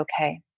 okay